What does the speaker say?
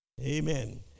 amen